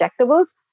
injectables